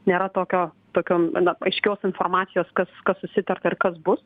nėra tokio tokio na aiškios informacijos kas kas susitarta ir kas bus